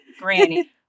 Granny